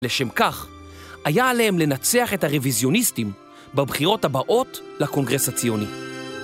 לשם כך, היה עליהם לנצח את הרוויזיוניסטים בבחירות הבאות לקונגרס הציוני.